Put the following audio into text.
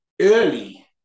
early